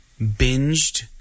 binged